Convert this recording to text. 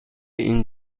این